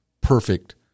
perfect